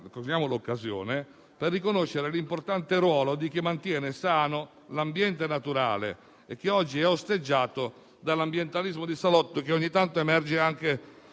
per riconoscere l'importante ruolo di chi mantiene sano l'ambiente naturale e che oggi è osteggiato dall'ambientalismo di salotto, che ogni tanto emerge anche